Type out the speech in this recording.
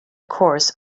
course